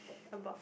about